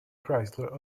chrysler